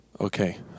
okay